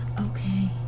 Okay